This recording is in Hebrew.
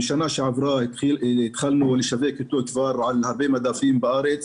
בשנה שעברה התחלנו לשווק אותו על הרבה מדפים בארץ.